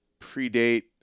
predate